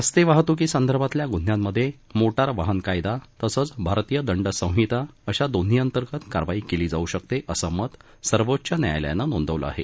रस्ते वाहतुकी संदर्भातल्या गुन्ह्यांमध्ये मोटार वाहन कायदा तसंच भारतीय दंड संहिता अशा दोन्हीअंतर्गत कारवाई केली जाऊ शकते असं मत सर्वोच्च न्यायालयानं नोंदवलं आहे